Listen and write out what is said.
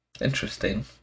Interesting